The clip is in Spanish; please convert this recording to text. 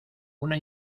una